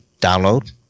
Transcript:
download